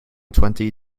twenty